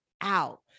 out